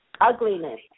Ugliness